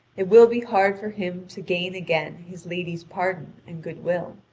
it will be hard for him to gain again his lady's pardon and goodwill.